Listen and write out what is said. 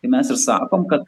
tai mes ir sakom kad